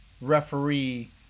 referee